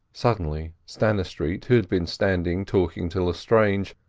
suddenly stannistreet, who had been standing talking to lestrange,